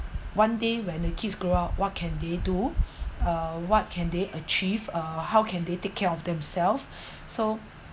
one day when the kids grow up what can they do uh what can they achieve uh how can they take care of themselves so